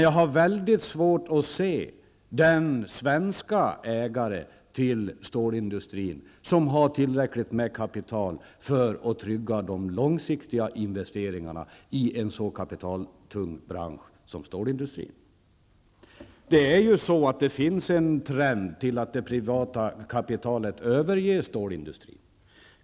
Jag har dock mycket svårt att se den svenska ägare till stålindustri som har tillräckligt med kapital för att trygga de långsiktiga investeringarna i en så kapitaltung bransch som stålindustrin. Det finns en trend till att det privata kapitalet överger stålindustrin.